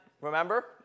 remember